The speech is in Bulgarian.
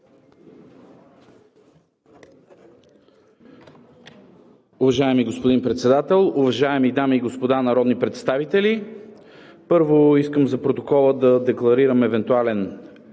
Уважаеми господин Председател, уважаеми дами и господа народни представители! Първо искам за протокола да декларирам евентуален